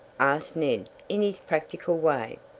asked ned in his practical way.